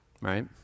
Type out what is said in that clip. right